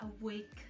awake